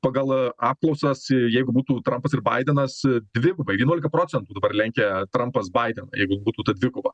pagal apklausas jeigu būtų trampas ir baidenas dvigubai vienuolika procentų dabar lenkia trampas baideną jeigu būtų dvikova